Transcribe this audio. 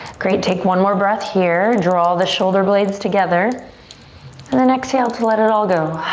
great, take one more breath here. draw the shoulder blades together and then exhale to let it all go.